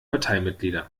parteimitglieder